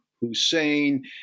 Hussein